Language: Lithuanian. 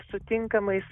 su tinkamais